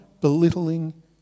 belittling